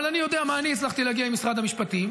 אבל אני יודע למה אני הצלחתי להגיע עם משרד המשפטים,